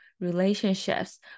relationships